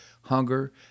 hunger